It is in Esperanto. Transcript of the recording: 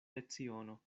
leciono